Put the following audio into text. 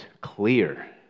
clear